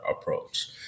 approach